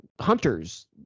hunter's